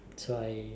so I